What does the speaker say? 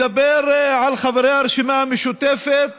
מדבר על חברי הרשימה המשותפת